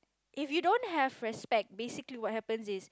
if you don't have respect basically what happens is